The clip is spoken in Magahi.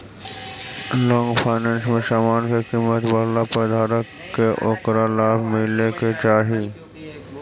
लॉन्ग फाइनेंस में समान के कीमत बढ़ला पर धारक के ओकरा लाभ मिले के चाही